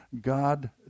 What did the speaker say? God